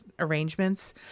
arrangements